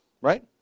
Right